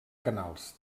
canals